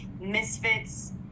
misfits